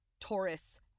Taurus